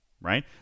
right